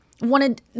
wanted